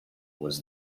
was